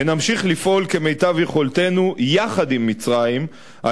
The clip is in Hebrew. ונמשיך לפעול כמיטב יכולתנו יחד עם מצרים על